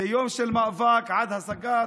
זה יום של מאבק על השגת